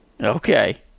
Okay